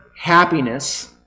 happiness